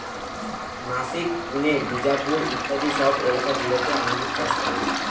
নাসিক, পুনে, বিজাপুর ইত্যাদি সব এলাকা গুলোতে আঙ্গুর চাষ করে